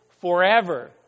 forever